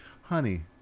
honey